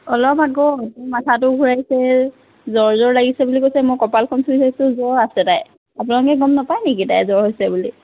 অলপ আগত মোৰ মাথাটো ঘূৰাইছে জ্বৰ জ্বৰ লাগিছে বুলি কৈছে মই কপালখন চুই চাইছো জ্বৰ আছে তাইৰ আপোনালোকে গম নাপাই নেকি তাইৰ জ্বৰ হৈছে বুলি